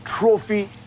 trophy